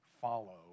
follow